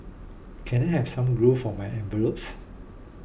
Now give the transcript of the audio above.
can I have some glue for my envelopes